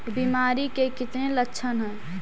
बीमारी के कितने लक्षण हैं?